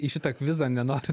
į šitą kvizą nenoriu